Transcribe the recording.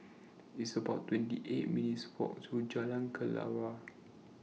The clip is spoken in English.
It's about twenty eight minutes' Walk to Jalan Kelawar